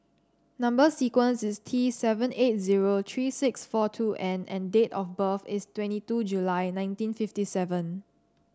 number sequence is T seven eight zero three six four two N and date of birth is twenty two July nineteen fifty seven